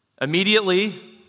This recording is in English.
Immediately